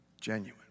genuine